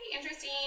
interesting